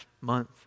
month